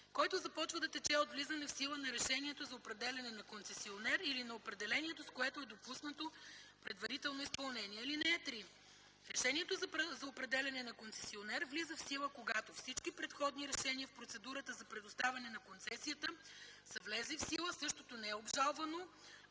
който започва да тече от влизане в сила на решението за определяне на концесионер или на определението, с което е допуснато предварително изпълнение. (3) Решението за определяне на концесионер влиза в сила, когато всички предходни решения в процедурата за предоставяне на концесията са влезли в сила, същото не е обжалвано,